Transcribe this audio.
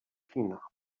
kina